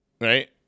right